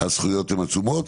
הזכויות הן עצומות.